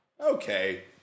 Okay